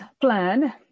plan